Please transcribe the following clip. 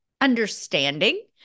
understanding